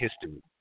history